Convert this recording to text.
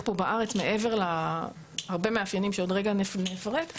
פה בארץ מעבר להרבה מאפיינים שעוד רגע נפרט,